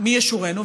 מי ישורנה?